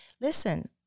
listen